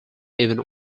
even